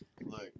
look